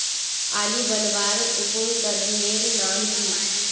आली बनवार उपकरनेर नाम की?